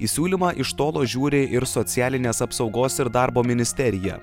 į siūlymą iš tolo žiūri ir socialinės apsaugos ir darbo ministerija